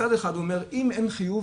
מצד אחד הוא אומר: אם אין חיוב,